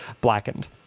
Blackened